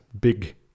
big